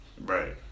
Right